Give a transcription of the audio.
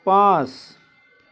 পাঁচ